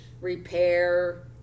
repair